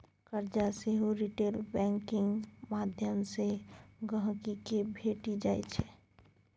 करजा सेहो retail banking माध्यमसँ गांहिकी केँ भेटि जाइ छै